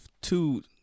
two